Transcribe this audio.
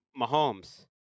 Mahomes